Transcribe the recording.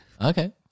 Okay